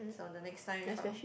so the next time if I were